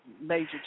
major